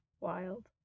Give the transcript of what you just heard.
Wild